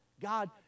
God